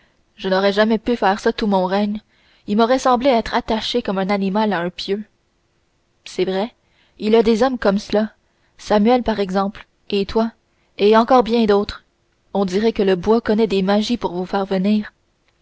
je n'aurais jamais pu faire ça tout mon règne il m'aurait semblé être attaché comme un animal à un pieu c'est vrai il y a des hommes comme cela samuel par exemple et toi et encore bien d'autres on dirait que le bois connaît des magies pour vous faire venir